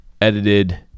edited